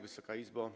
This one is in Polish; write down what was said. Wysoka Izbo!